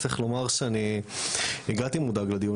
אני צריך לומר שאני הגעתי מודאג לדיון